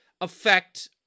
affect